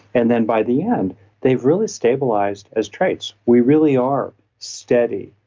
and then by the end they've really stabilized as traits we really are steady,